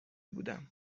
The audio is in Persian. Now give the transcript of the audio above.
بودم